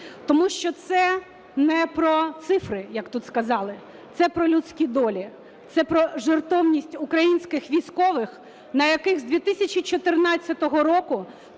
тому що це не про цифри, як тут сказали, це про людські долі, це про жертовність українських військових, на яких з 2014 року